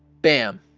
bam